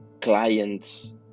clients